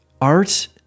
art